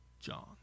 John